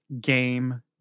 game